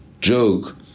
joke